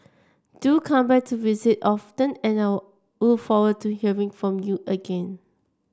do come back to visit often and I'll look forward to hearing from you again